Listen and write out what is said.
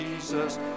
Jesus